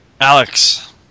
Alex